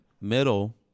middle